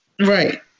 Right